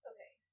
Okay